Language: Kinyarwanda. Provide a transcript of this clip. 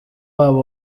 wabo